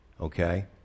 Okay